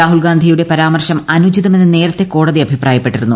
രാഹുൽഗാന്ധിയുടെ പരാമർശം അനുചിതമെന്ന് നേരത്തെ കോടതി അഭിപ്രായപ്പെട്ടിരുന്നു